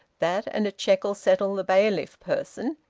that and a cheque'll settle the bailiff person,